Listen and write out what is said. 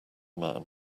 man